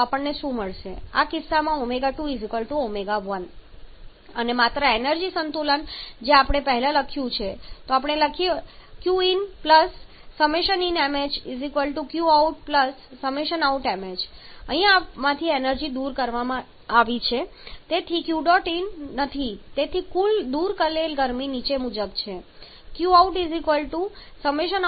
તેથી આ કિસ્સામાં ω2 ω1 અને માત્ર એનર્જી સંતુલન જે આપણે પહેલા લખ્યું છે જો આપણે અહીં લખીએ Q̇in inṁh Q̇out outṁh ̇ અહીં આમાંથી એનર્જી દૂર કરવામાં આવી રહી છે તેથીQdot in નથી તેથી કુલ દૂર કરેલ ગરમી નીચે મુજબ બરાબર છે